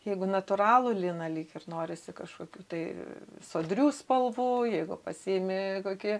jeigu natūralų liną lyg ir norisi kažkokių tai sodrių spalvų jeigu pasiimi kokį